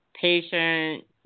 patient